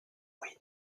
moyen